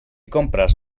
compres